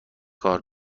کار